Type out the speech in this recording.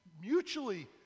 mutually